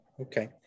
Okay